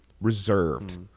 reserved